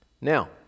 Now